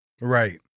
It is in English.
Right